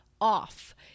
off